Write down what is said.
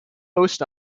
post